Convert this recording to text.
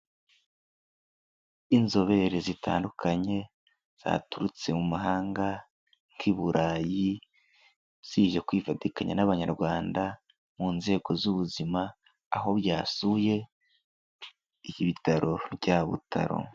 Inzobere zitandukanye zaturutse mu mahanga nk'i Burayi, zije kwifatikanya n'Abanyarwanda mu nzego z'ubuzima, aho byasuye ibitaro bya Butaro.